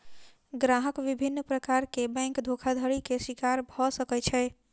ग्राहक विभिन्न प्रकार के बैंक धोखाधड़ी के शिकार भअ सकै छै